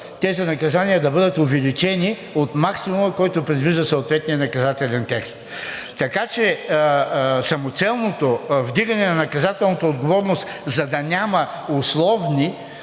тези наказания да бъдат увеличени от максимума, който предвижда съответният наказателен текст. Така че самоцелното вдигане на наказателната отговорност, за да няма условни